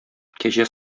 кәҗә